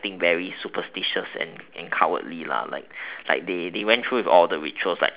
very superstitious and cowardly lah like they they went through with all the rituals like